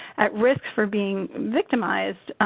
at risk for being victimized.